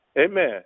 Amen